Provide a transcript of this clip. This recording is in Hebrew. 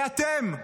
זה אתם.